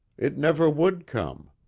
it never would come.